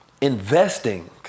investing